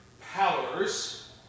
powers